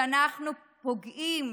כשאנחנו פוגעים